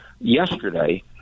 yesterday